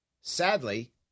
Sadly